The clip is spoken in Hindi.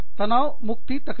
तनाव मुक्ति तकनीक